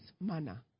manner